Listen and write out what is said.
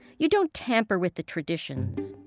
you don't tamper with the traditions.